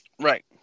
Right